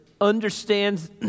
understands